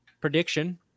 prediction